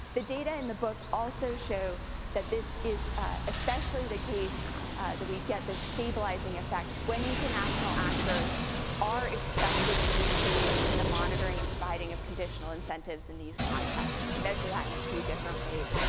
the data in the book also show that this is especially the case that we get this stabilizing effect when international actors are expected to be engaged in the monitoring and providing of conditional incentives in these contexts, and i measure that in a few different ways,